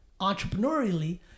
entrepreneurially